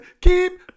Keep